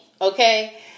Okay